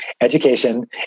education